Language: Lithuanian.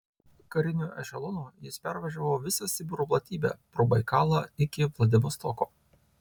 kariniu ešelonu jis pervažiavo visą sibiro platybę pro baikalą iki vladivostoko